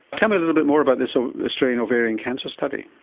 tell me a little bit more about this australian ovarian cancer study?